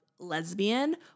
lesbian